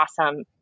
awesome